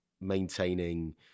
maintaining